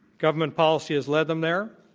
government policy has led them there,